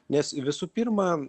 nes visų pirma